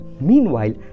Meanwhile